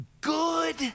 good